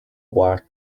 black